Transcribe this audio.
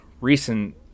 recent